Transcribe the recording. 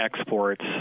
exports